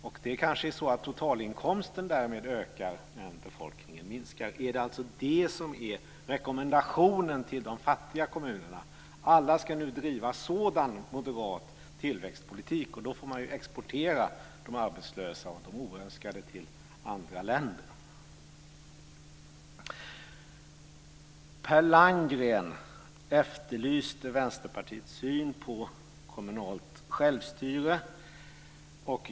Därmed kanske totalinkomsten ökar, men befolkningen minskar. Är det det som är rekommendationen till de fattiga kommunerna? Alla ska nu bedriva sådan moderat tillväxtpolitik. Då får man exportera de arbetslösa och oönskade till andra länder. Per Landgren efterlyste Vänsterpartiets syn på kommunalt självstyre.